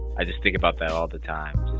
i just think about that all the time.